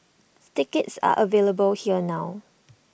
tickets are available here now